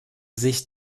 sich